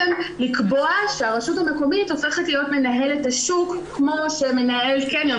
לקבוע שהרשות המקומית הופכת להיות מנהלת השוק כמו מנהל קניון,